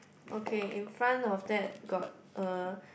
okay in front of that got a